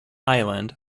island